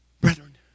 brethren